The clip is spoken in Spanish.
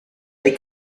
lake